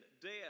death